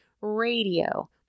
radio